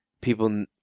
people